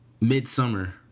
midsummer